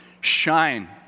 Shine